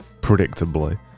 predictably